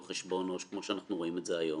או חשבון עו"ש כמו שאנחנו רואים את זה היום.